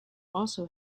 also